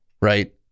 right